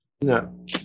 No